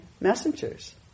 messengers